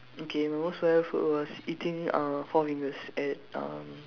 okay my most memorable food was eating uh four fingers at um